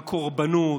ועל קורבנות,